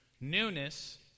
newness